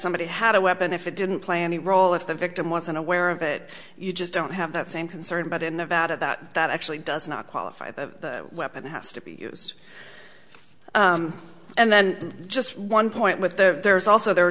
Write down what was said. somebody had a weapon if it didn't play any role if the victim wasn't aware of it you just don't have that same concern about in nevada that that actually does not qualify the weapon has to be used and then just one point with the there is also there are